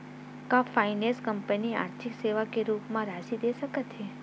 का finance company आर्थिक सेवा के रूप म राशि दे सकत हे?